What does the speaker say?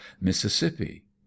mississippi